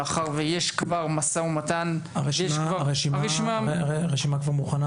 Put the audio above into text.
מאחר שכבר יש משא ומתן --- הרשימה כבר מוכנה.